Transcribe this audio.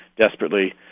desperately